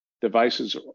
devices